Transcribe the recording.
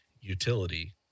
utility